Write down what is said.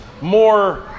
more